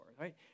right